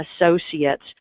associates